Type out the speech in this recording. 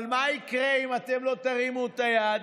אבל מה יקרה אם אתם לא תרימו את היד?